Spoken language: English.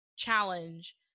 challenge